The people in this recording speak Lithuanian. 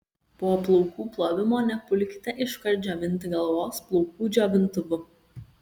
po plaukų plovimo nepulkite iškart džiovinti galvos plaukų džiovintuvu